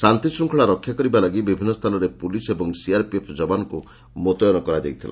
ଶାନ୍ତିଶୃଙ୍ଖଳା ରକ୍ଷା କରିବା ଲାଗି ବିଭିନ୍ନ ସ୍ଥାନରେ ପୁଲିସ୍ ଓ ସିଆର୍ପିଏଫ୍ ଯବାନଙ୍କୁ ମୁତୟନ କରାଯାଇଥିଲା